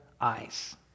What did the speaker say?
eyes